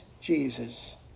Jesus